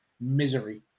misery